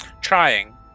Trying